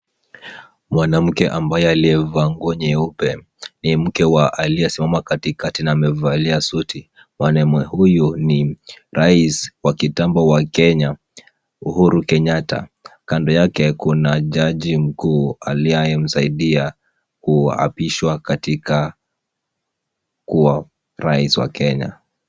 Mwanamke ambaye aliyevaa nguo nyeupe ni mke wake aliyesimama katikati na amevalia suti. Mwanaume huyu ni rais wa kitambo wa Kenya Uhuru Kenyatta. Kando yake kuna jaji mkuu anayemsaidia kuapishwa katika kuwa rais wa Kenya.